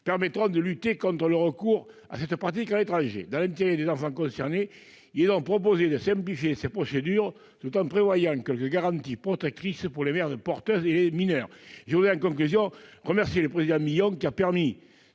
permettra de lutter contre le recours à cette pratique à l'étranger. Dans l'intérêt des enfants concernés, il est donc proposé de simplifier ces procédures, tout en prévoyant quelques garanties protectrices pour les mères porteuses et les mineurs. En conclusion, je voudrais remercier M. le président de la